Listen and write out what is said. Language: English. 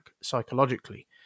psychologically